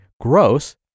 gross